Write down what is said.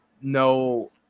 no